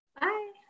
Bye